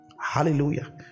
Hallelujah